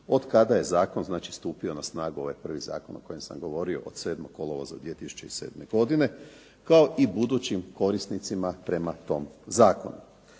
od kada je zakon znači stupio na snagu, ovaj prvi zakon o kojem sam govorio od 7. kolovoza 2007. godine, kao i budućim korisnicima prema tom zakonu.